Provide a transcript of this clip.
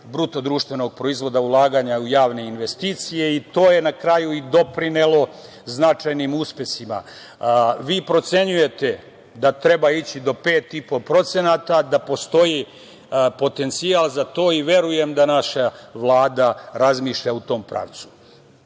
do tih 4,5% BDP, ulaganja u javne investicije i to je na kraju doprinelo značajnim uspesima. Vi procenjujete da treba ići do 5,5%, da postoji potencijal za to i verujem da naša Vlada razmišlja u tom pravcu. Na